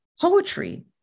poetry